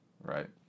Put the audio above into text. right